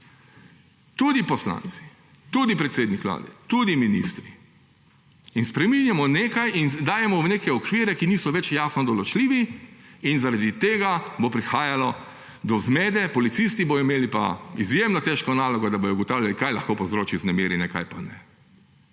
tudi poslanci, tudi predsednik vlade, tudi ministri. Spreminjamo nekaj in dajemo v neke okvire, ki niso več jasno določljivi, in zaradi tega bo prihajalo do zmede, policisti bojo imeli pa izjemno težko nalogo, da bojo ugotavljali, kaj lahko povzroči vznemirjenje, kaj pa ne.